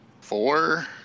four